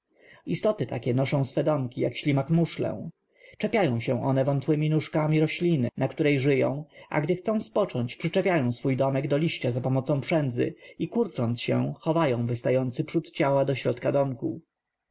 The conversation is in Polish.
istoty takie noszą swe domki jak ślimak muszlę czepiają się one wątłemi nóżkami rośliny na której żyją a gdy chcą spocząć przyczepiają swój domek do liścia zapomocą przędzy i kurcząc się chowają wystający przód ciała do środka domku